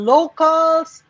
Locals